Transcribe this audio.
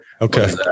okay